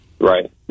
Right